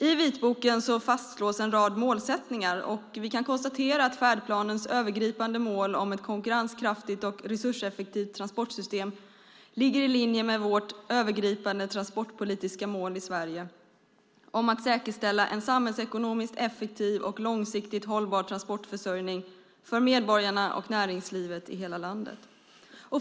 I vitboken fastslås en rad målsättningar, och vi kan konstatera att färdplanens övergripande mål om ett konkurrenskraftigt och resurseffektivt transportsystem ligger i linje med vårt övergripande transportpolitiska mål i Sverige om att säkerställa en samhällsekonomiskt effektiv och långsiktigt hållbar transportförsörjning för medborgarna och näringslivet i hela landet.